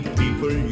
people